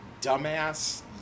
dumbass